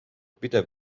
pidev